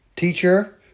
teacher